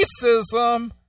racism